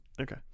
Okay